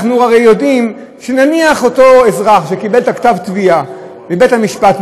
אנחנו הרי יודעים שנניח אותו אזרח שקיבל את כתב התביעה מבית-המשפט,